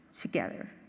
together